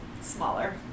smaller